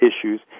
issues